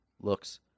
looks